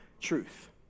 truth